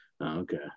Okay